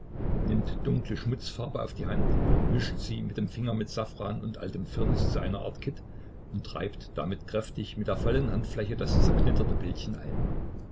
nimmt dunkle schmutzfarbe auf die hand mischt sie mit dem finger mit safran und altem firnis zu einer art kitt und reibt damit kräftig mit der vollen handfläche das zerknitterte bildchen ein